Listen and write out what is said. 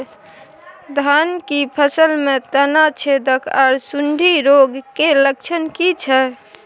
धान की फसल में तना छेदक आर सुंडी रोग के लक्षण की छै?